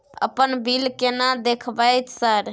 अपन बिल केना देखबय सर?